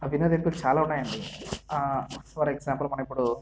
చాలా ఉన్నాయండి for example మనమిప్పుడు